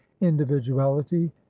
individuality